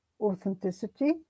authenticity